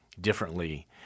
differently